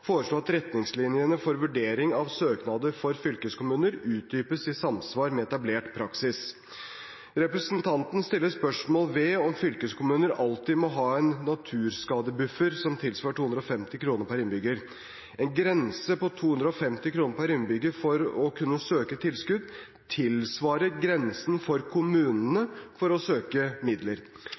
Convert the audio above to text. foreslå at retningslinjene for vurdering av søknader for fylkeskommuner utdypes i samsvar med etablert praksis. Representanten Juliussen stiller spørsmål om fylkeskommuner alltid må ha en naturskadebuffer som tilsvarer 250 kr per innbygger. En grense på 250 kr per innbygger for å kunne søke tilskudd tilsvarer grensen for kommunene for å søke om midler.